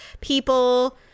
people